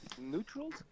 Neutrals